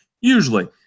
usually